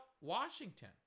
Washington